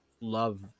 love